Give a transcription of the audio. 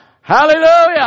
Hallelujah